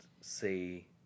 say